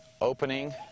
opening